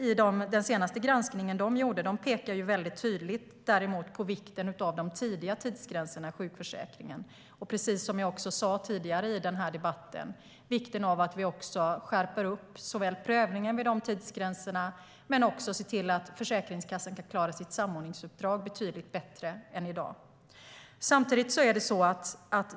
I den senaste granskningen pekar ISF tydligt på vikten av de tidiga tidsgränserna i sjukförsäkringen. Precis som jag sa tidigare i debatten är det viktigt att skärpa prövningen vid tidsgränserna och se till att Försäkringskassan kan klara sitt samordningsuppdrag betydligt bättre än i dag.